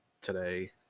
today